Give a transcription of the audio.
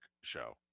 show